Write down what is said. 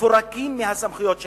מפורקים מהסמכויות שלהם,